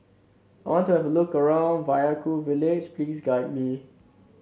I want to have a look around Vaiaku village Please guide me